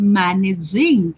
managing